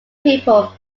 people